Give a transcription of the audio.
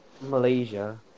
Malaysia